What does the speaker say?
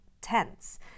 tense